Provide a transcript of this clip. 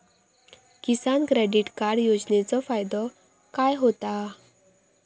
किसान credit card योजनेचो फायदो काय होता?